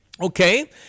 Okay